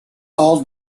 all